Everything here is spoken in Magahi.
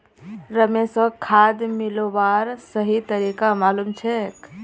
रमेशक खाद मिलव्वार सही तरीका मालूम छेक